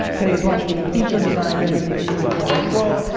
today's launch is a new feature designed to give users more control.